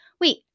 wait